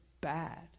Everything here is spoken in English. bad